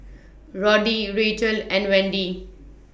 Roddy Racheal and Wendy